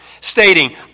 stating